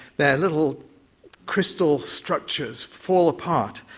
their little crystal structures fall apart.